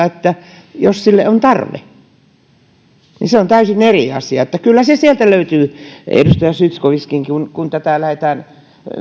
että jos sille on tarve se on täysin eri asia kyllä se sieltä löytyy edustaja zyskowicz kun tätä lähdetään